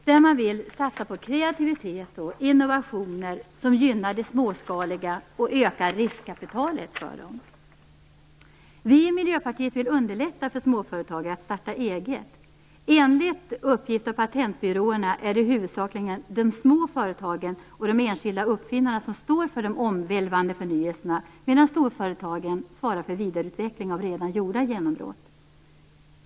Där vill man satsa på kreativitet och innovationer som gynnar det småskaliga och ökar riskkapitalet för dem. Vi i Miljöpartiet vill underlätta för småföretagare att starta eget. Enligt uppgift från patentbyråerna är det huvudsakligen de små företagen och de enskilda uppfinnarna som står för de omvälvande förnyelserna, medan storföretagen svarar för vidareutveckling av redan gjorda genombrott.